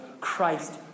Christ